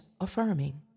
affirming